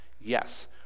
Yes